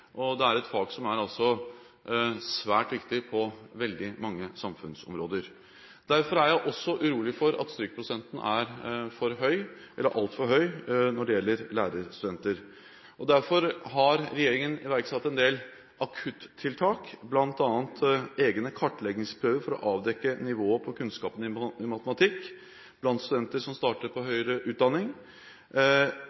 Det er et fag som er svært viktig på veldig mange samfunnsområder. Derfor er jeg også urolig for at strykprosenten er altfor høy når det gjelder lærerstudenter. Derfor har regjeringen iverksatt en del akuttiltak, bl.a. egne kartleggingsprøver, for å avdekke nivået på kunnskapen i matematikk blant studenter som starter på